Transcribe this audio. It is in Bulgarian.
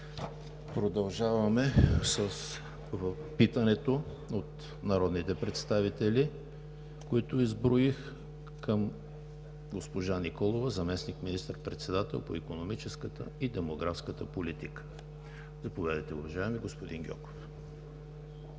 Продължаваме с питането от народните представители, които изброих, към госпожа Николова – заместник министър-председател по икономическата и демографската политика. Заповядайте, уважаеми господин Гьоков.